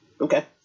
Okay